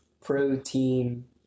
Protein